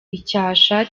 icyasha